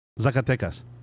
Zacatecas